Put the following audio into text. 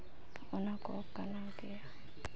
ᱚᱱᱟ ᱠᱚ ᱠᱟᱱᱟ ᱜᱮᱭᱟ